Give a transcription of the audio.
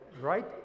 right